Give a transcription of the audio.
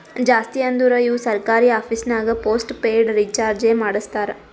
ಜಾಸ್ತಿ ಅಂದುರ್ ಇವು ಸರ್ಕಾರಿ ಆಫೀಸ್ನಾಗ್ ಪೋಸ್ಟ್ ಪೇಯ್ಡ್ ರೀಚಾರ್ಜೆ ಮಾಡಸ್ತಾರ